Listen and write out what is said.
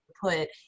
put